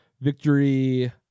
victory